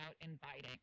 inviting